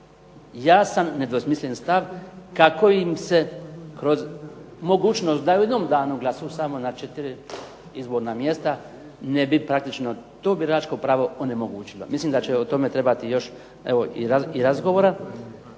jasan nedvosmislen stav kako im se kroz mogućnost da u jednom danu glasuju samo na 4 izborna mjesta ne bi praktično to biračko pravo onemogućilo. Mislim da će o tome trebati još evo i razgovora.